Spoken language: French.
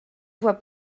voie